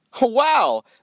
Wow